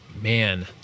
man